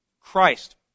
Christ